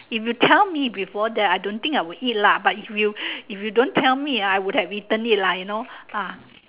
if you tell me before that I don't think I will eat lah but if you if you don't tell me ah I would have eaten it lah you know ah